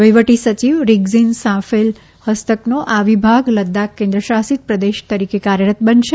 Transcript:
વહિવટી સચિવ રીગઝીન સાંફેલ ફસ્તકનો આ વિભાગ લદ્દાખ કેન્દ્રશાસિત પ્રદેશ તરીકે કાર્યરત બનશે